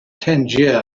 tangier